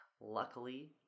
Luckily